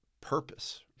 purpose